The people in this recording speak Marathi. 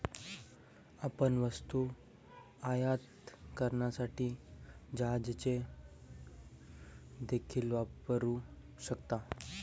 आपण वस्तू आयात करण्यासाठी जहाजे देखील वापरू शकता